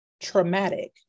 traumatic